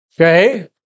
Okay